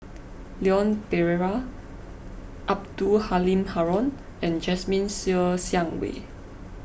Leon Perera Abdul Halim Haron and Jasmine Ser Xiang Wei